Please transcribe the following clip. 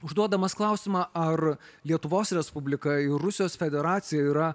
užduodamas klausimą ar lietuvos respublika ir rusijos federacija yra